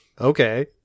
okay